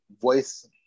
voice